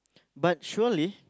but surely